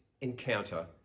encounter